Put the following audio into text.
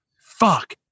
fuck